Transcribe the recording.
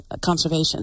conservation